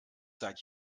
seit